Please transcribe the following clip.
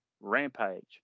Rampage